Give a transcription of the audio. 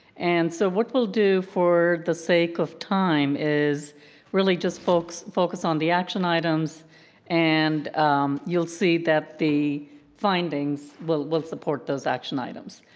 and so what we'll do for the sake of time is really just focus on the action items and you'll see that the findings will will support those action items.